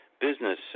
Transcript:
business